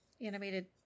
Animated